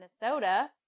Minnesota